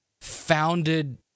founded